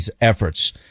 efforts